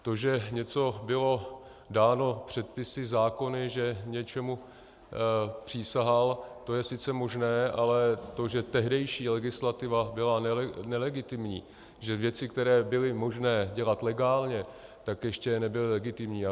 To, že něco bylo dáno předpisy, zákony, že něčemu přísahal, to je sice možné, ale to, že tehdejší legislativa byla nelegitimní, že věci, které byly možné dělat legálně, tak ještě nebyly legitimní.